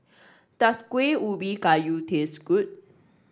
does Kuih Ubi Kayu taste good